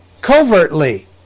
covertly